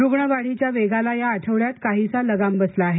रुग्ण वाढीचा वेग या आठवड्यात काहीसा लगाम बसला आहे